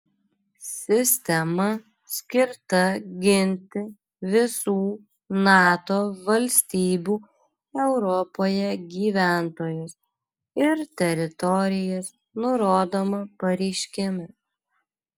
sistema skirta ginti visų nato valstybių europoje gyventojus ir teritorijas nurodoma pareiškime